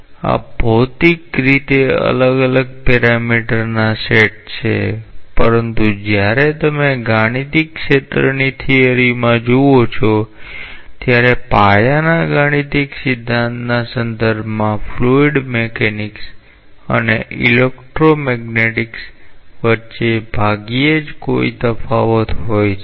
આ ભૌતિક રીતે અલગ અલગ પેરામીટરના સેટ છે પરંતુ જ્યારે તમે ગાણિતિક ક્ષેત્રની થિયરીમાં જુવો છો ત્યારે પાયાના ગાણિતિક સિદ્ધાંતના સંદર્ભમાં ફ્લુઇડ મિકેનિક્સ અને ઈલેક્ટ્રો મેગ્નેટિક્સ વચ્ચે ભાગ્યે જ કોઈ તફાવત હોય છે